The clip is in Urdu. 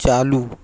چالو